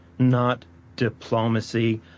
not diplomacy,